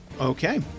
Okay